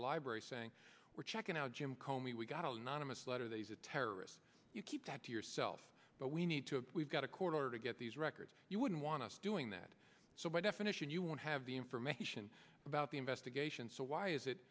a library saying we're checking out jim comi we got anonymous letter that he's a terrorist you keep that to yourself but we need to we've got a court order to get these records you wouldn't want us doing that so by definition you won't have the information about the investigation so why is it